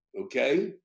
okay